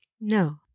no